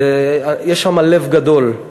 ויש שם לב גדול,